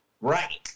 Right